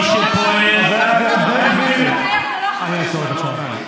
יודע מאיפה אתה בא, לשבת איתם, לשבת איתם.